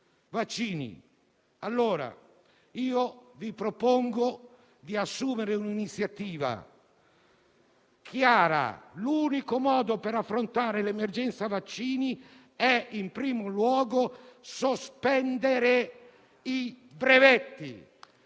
ultimo punto. Vi propongo di assumere un'iniziativa chiara: l'unico modo per affrontare l'emergenza vaccini è in primo luogo quello di sospendere i brevetti.